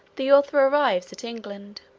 the author arrives at england.